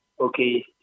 okay